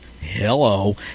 hello